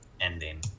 ending